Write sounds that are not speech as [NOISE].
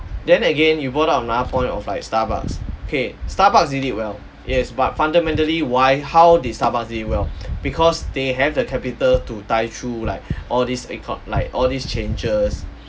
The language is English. then again you brought up another point of like starbucks okay starbucks did it well it yes but fundamentally why how did starbucks did it well [BREATH] because they have the capital to tie through like [BREATH] all these econo~ like all these changes